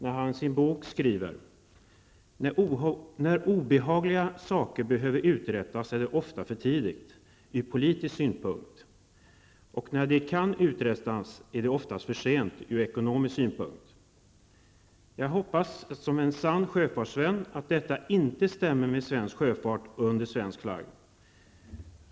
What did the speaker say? I sin bok skriver han: När obehagliga saker behöver uträttas är det ofta för tidigt ur politisk synpunkt, och när de kan uträttas är det ofta för sent ur ekonomisk synpunkt. Som sann sjöfartsvän hoppas jag att detta inte stämmer med svensk sjöfart under svensk flagg.